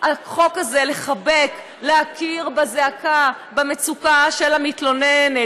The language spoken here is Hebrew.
החוק הזה לחבק, להכיר בזעקה, במצוקה, של המתלוננת.